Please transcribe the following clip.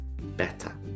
better